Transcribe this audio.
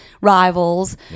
rivals